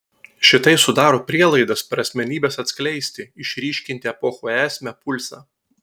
šitai sudaro prielaidas per asmenybes atskleisti išryškinti epochų esmę pulsą